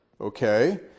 Okay